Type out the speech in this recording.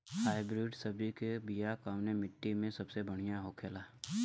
Hybrid सब्जी के बिया कवने मिट्टी में सबसे बढ़ियां होखे ला?